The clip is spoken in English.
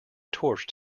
torch